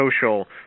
social